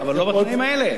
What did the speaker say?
אבל לא בדברים האלה.